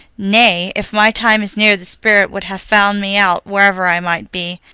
nay, if my time is near the spirit would have found me out wherever i might be.